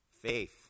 faith